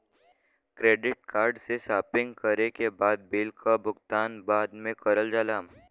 credit card से shopping करे के बाद बिल क भुगतान बाद में करल जाला